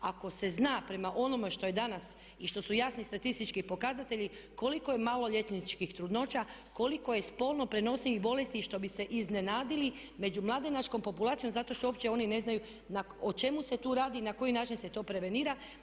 Ako se zna prema onome što je danas i što su jasni statistički pokazatelji koliko je malo maloljetničkih trudnoća, koliko je spolno prenosivih bolesti i što bi se iznenadili među mladenačkom populacijom zato što uopće oni ne znaju o čemu se tu radi i na koji način se to prevenira.